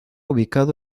ubicado